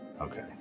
Okay